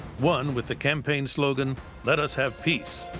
won with the campaign slogan let us have peace.